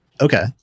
Okay